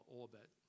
orbit